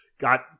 got